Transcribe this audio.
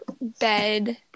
bed